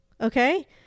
Okay